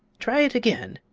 try it again,